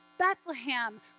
Bethlehem